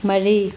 ꯃꯔꯤ